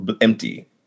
empty